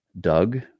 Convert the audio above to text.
Doug